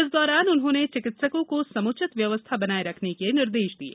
इस दौरान उन्होंने चिकित्सकों को समुचित व्यवस्था बनाये रखने के निर्देश दिये